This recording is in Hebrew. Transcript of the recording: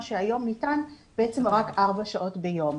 והיום ניתן רק ארבע שעות ביום.